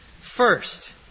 First